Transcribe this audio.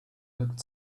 looked